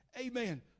Amen